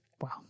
Wow